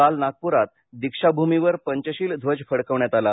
काल नागप्रात दीक्षाभूमीवर पंचशील ध्वज फडकवण्यात आला